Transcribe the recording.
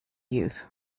youth